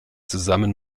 zusammen